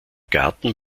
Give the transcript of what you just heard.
garten